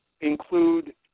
include